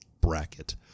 bracket